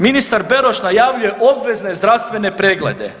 Ministar Beroš najavljuje obvezne zdravstvene preglede.